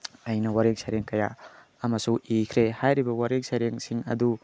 ꯑꯩꯅ ꯋꯥꯔꯦꯡ ꯁꯩꯔꯦꯡ ꯀꯌꯥ ꯑꯃꯁꯨ ꯏꯈ꯭ꯔꯦ ꯍꯥꯏꯔꯤꯕ ꯋꯥꯔꯦꯡ ꯁꯩꯔꯦꯡꯁꯤꯡ ꯑꯗꯨ